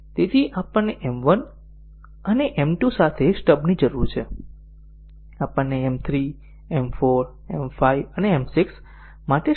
તેથી આપણને M 1 અને M 2 સાથે સ્ટબની જરૂર છે આપણને M 3 M 4 M 5 અને M 6